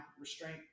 restraint